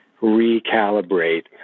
recalibrate